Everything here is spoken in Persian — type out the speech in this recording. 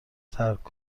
ترک